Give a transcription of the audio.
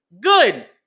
good